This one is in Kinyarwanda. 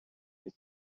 rye